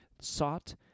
sought